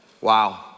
Wow